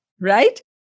right